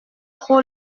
trop